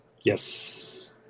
Yes